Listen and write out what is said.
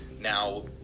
Now